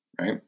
Right